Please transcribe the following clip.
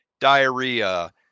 diarrhea